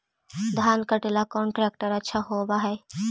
धान कटे ला कौन ट्रैक्टर अच्छा होबा है?